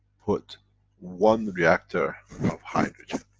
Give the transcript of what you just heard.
put one reactor of hydrogen